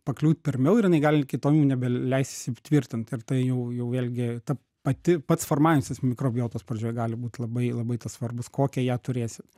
pakliūt pirmiau ir jinai gali kitom jau nebeleist įsitvirtint ir tai jau jau vėlgi ta pati pats formavimasis mikrobiotos pradžioj gali būt labai labai tas svarbus kokią ją turėsit